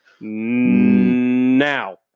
now